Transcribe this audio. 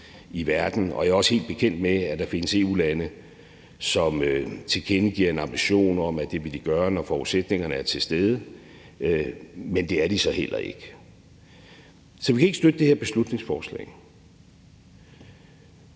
i verden. Og jeg er også helt bekendt med, at der findes EU-lande, som tilkendegiver en ambition om, at det vil de gøre, når forudsætningerne er til stede, men det er de så ikke. Så vi kan ikke støtte det her beslutningsforslag,